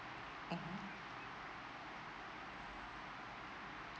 mmhmm